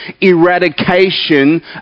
eradication